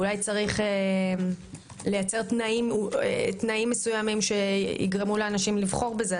אולי צריך לייצר תנאים מסוימים שיגרמו לאנשים לבחור בזה,